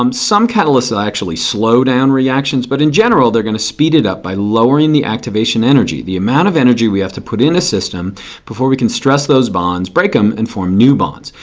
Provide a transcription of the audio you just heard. um some catalysts will actually slow down reactions, but in general they're going to speed it up by lowering the activation energy. the amount of energy we have to put in a system before we can stress those bonds, break them and form new bonds.